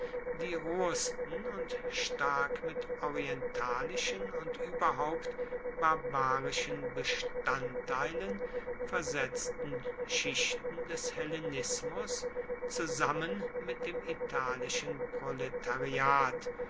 die rohesten und stark mit orientalischen und überhaupt barbarischen bestandteilen versetzten schichten des hellenismus zusammen mit dem italischen proletariat